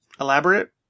elaborate